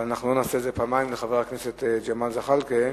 אבל אנחנו לא נעשה את זה פעמיים לחבר הכנסת ג'מאל זחאלקה.